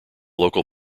local